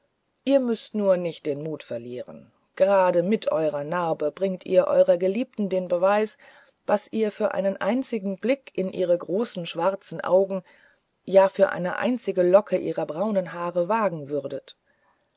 ihr müßt nur nicht den mut verlieren gerade mit eurer narbe bringt ihr eurer geliebten den beweis was ihr für einen einzigen blick ihrer großen schwarzen augen ja für eine einzige locke ihrer braunen haare wagen würdet